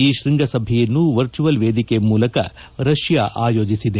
ಈ ಶ್ಖಂಗಸಭೆಯನ್ನು ವರ್ಚುವಲ್ ವೇದಿಕೆ ಮೂಲಕ ರಷ್ಯಾ ಆಯೋಜಿಸಿದೆ